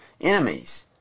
enemies